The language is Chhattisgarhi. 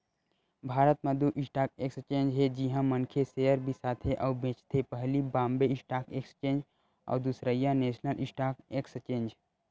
भारत म दू स्टॉक एक्सचेंज हे जिहाँ मनखे सेयर बिसाथे अउ बेंचथे पहिली बॉम्बे स्टॉक एक्सचेंज अउ दूसरइया नेसनल स्टॉक एक्सचेंज